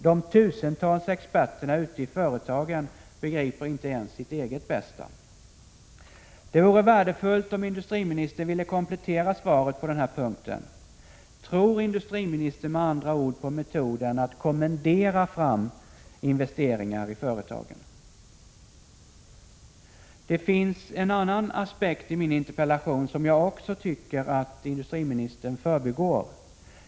De tusentals experterna ute i företagen begriper inte ens sitt eget bästa. Det vore värdefullt om industriministern ville komplettera svaret på den här punkten. Med andra ord: Tror industriministern på metoden att kommendera fram investeringar i företagen? Det finns en annan aspekt i min interpellation som jag också tycker att industriministern förbigår.